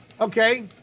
Okay